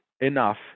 enough